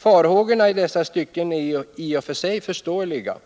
Farhågorna i dessa stycken är i och för sig förståeliga,